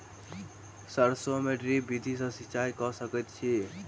सैरसो मे ड्रिप विधि सँ सिंचाई कऽ सकैत छी की?